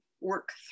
work